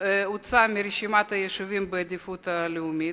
הוצאה מרשימת היישובים בעדיפות לאומית?